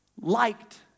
liked